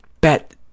bet